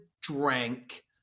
drank